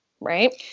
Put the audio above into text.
right